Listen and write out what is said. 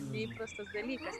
neįprastas dalykas